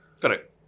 Correct